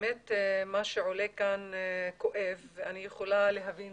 באמת מה שעולה כאן כואב, ואני יכולה להבין